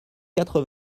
quatre